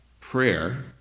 prayer